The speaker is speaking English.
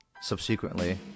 subsequently